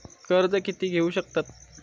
कर्ज कीती घेऊ शकतत?